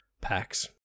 packs